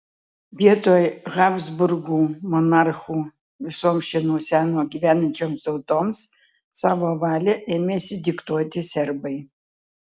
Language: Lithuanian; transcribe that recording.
vietoj habsburgų monarchų visoms čia nuo seno gyvenančioms tautoms savo valią ėmėsi diktuoti serbai